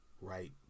right